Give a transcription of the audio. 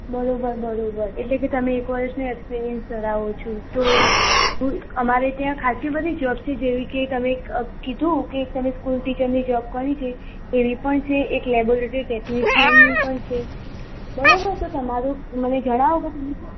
બરાબર બરાબર એટલે કે તમે એક વર્ષની અંદર એક્સપિરિયન્સ ધરાવો છો તો ઉર અમારે ત્યાં ખાસી બધી જોબ છે જેવી કે તમે કીધું કે તમે સ્કૂલ ટીચરની જોબ કરી છે એવી પણ છે એક લેબોરેટરી ટેકનીશિયનની પણ છે બરાબર તો તમારું મને જાણવો કે તમે